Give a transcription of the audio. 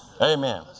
Amen